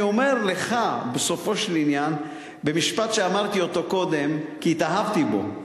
אני אומר לך בסופו של עניין משפט שאמרתי אותו קודם כי התאהבתי בו: